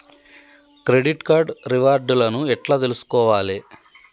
Credit card reward లను ఎట్ల తెలుసుకోవాలే?